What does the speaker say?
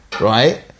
right